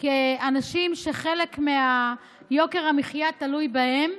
כאילו אלה אנשים שחלק מיוקר המחיה תלוי בהם.